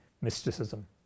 mysticism